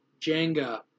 Jenga